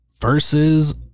versus